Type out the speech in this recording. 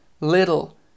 little